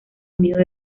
unido